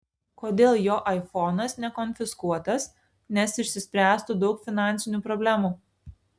kodėl jo aifonas nekonfiskuotas nes išsispręstų daug finansinių problemų